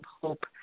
hope